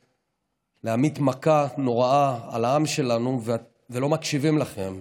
להמיט מכה נוראה על העם שלנו ולא מקשיבים לכם,